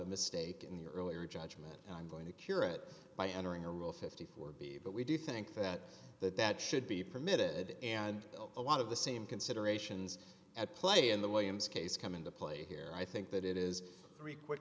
a mistake in the earlier judgment and i'm going to curate by entering a rule fifty four b but we do think that that that should be permitted and a lot of the same considerations at play in the williams case come into play here i think that it is very quick